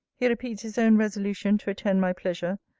he repeats his own resolution to attend my pleasure,